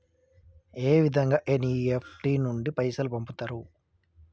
ఏ విధంగా ఎన్.ఇ.ఎఫ్.టి నుండి పైసలు పంపుతరు?